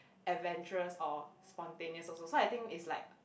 adventurous or spontaneous also so I think it's like